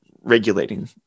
regulating